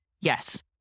Yes